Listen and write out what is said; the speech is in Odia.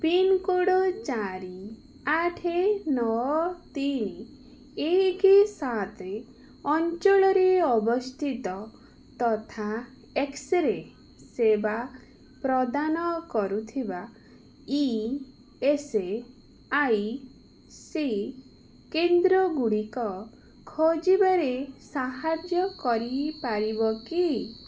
ପିନ୍କୋଡ଼୍ ଚାରି ଆଠେ ନଅ ତିନି ଏକେ ସାତେ ଅଞ୍ଚଳରେ ଅବସ୍ଥିତ ତଥା ଏକ୍ସ୍ରେ ସେବା ପ୍ରଦାନ କରୁଥିବା ଇ ଏସ୍ ଆଇ ସି କେନ୍ଦ୍ରଗୁଡ଼ିକ ଖୋଜିବାରେ ସାହାଯ୍ୟ କରିପାରିବ କି